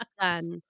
done